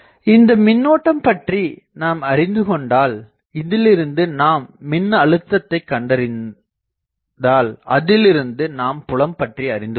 இந்த மின்னோட்டம் பற்றி நாம் அறிந்துகொண்டால் இதிலிருந்து நாம் மின்னழுத்தத்தைக் கண்டறிந்தால் அதிலிருந்து நாம் புலம் பற்றி அறிந்து கொள்ளலாம்